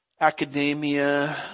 academia